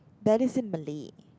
that is in Malay